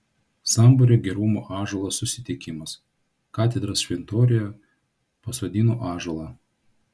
sambūrio gerumo ąžuolas susitikimas katedros šventoriuje pasodino ąžuolą